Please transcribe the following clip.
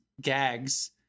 gags